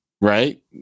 right